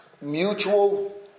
Mutual